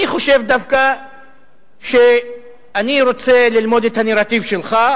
אני חושב דווקא שאני רוצה ללמוד את הנרטיב שלך,